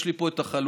יש לי פה את החלוקה,